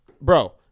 Bro